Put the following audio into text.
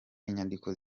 inyandiko